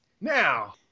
Now